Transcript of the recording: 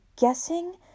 guessing